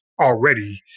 already